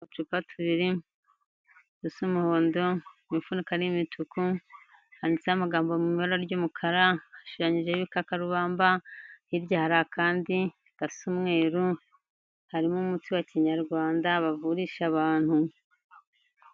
Umuhondo mifunika n'imituku handitseho amagambo mu ibara ry'umukara hashishanyije'kakabamba hibyara akandi gasa umweru harimo umutsi wa kinyarwanda bavurisha abantu.